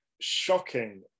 shocking